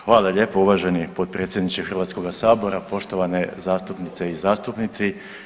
Hvala lijepo uvaženi potpredsjedniče HS, poštovane zastupnice i zastupnici.